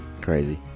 crazy